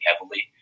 heavily